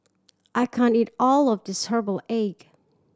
I can't eat all of this herbal egg